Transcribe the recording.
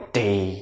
day